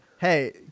hey